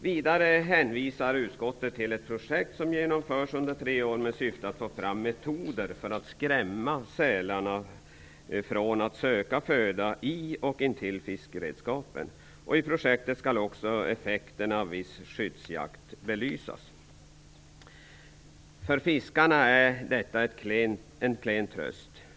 Vidare hänvisar utskottet till ett projekt som genomförs under tre år i syfte att få fram metoder för att skrämma sälarna från att söka föda i och intill fiskeredskapen. I projektet skall också effekten av viss skyddsjakt belysas. För fiskarna är detta en klen tröst.